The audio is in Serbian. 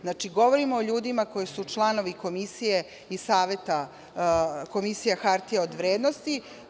Znači, govorimo o ljudima koji su članovi Komisije i Saveta Komisije za hartije od vrednosti.